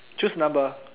choose number